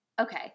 okay